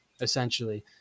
essentially